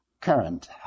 current